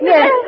Yes